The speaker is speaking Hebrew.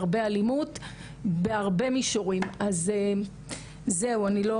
אני רוצה לתת את רשות הדיבור לגב' נועה אלפנט מגוגל,